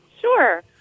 Sure